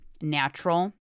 natural